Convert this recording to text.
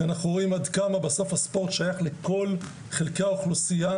כי אנחנו רואים עד כמה בסוף הספורט שייך לכל חלקי האוכלוסייה.